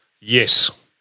Yes